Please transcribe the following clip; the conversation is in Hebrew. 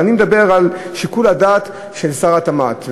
אבל אני מדבר על שיקול הדעת של שר התמ"ת.